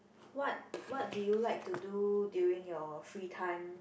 what what do you like to do during your free time